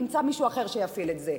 נמצא מישהו אחר שיפעיל את זה.